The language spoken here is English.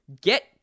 get